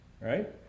Right